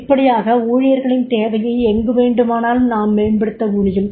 இப்படியாக ஊழியர்களின் தேவையை எங்கு வேண்டுமானாலும் நாம் மேம்படுத்த முடியும்